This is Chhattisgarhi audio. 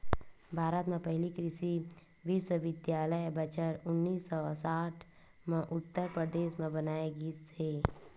भारत म पहिली कृषि बिस्वबिद्यालय बछर उन्नीस सौ साठ म उत्तर परदेस म बनाए गिस हे